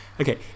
okay